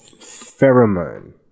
pheromone